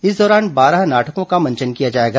इस दौरान बारह नाटकों का मंचन किया जाएगा